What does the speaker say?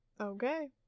okay